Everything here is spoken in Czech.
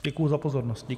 Děkuji za pozornost.